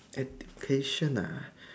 education ah